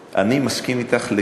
אני מסכים אתך לגמרי: